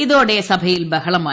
ഇതോടെ സഭയിൽ ബഹളമായി